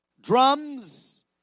drums